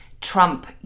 Trump